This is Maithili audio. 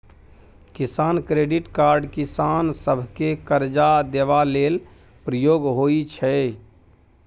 किसान क्रेडिट कार्ड किसान सभकेँ करजा देबा लेल प्रयोग होइ छै